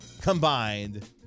combined